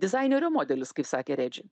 dizainerio modelis kaip sakė redži